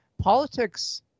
Politics